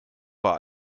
war